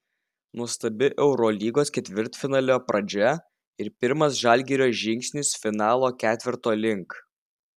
nuostabi eurolygos ketvirtfinalio pradžia ir pirmas žalgirio žingsnis finalo ketverto link